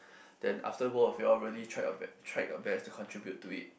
then after both of you all really tried your best tried your best to contribute to it